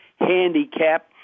handicap